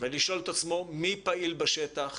ולשאול את עצמו מי פעיל בשטח,